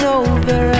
over